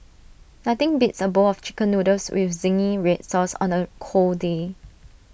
nothing beats A bowl of Chicken Noodles with Zingy Red Sauce on A cold day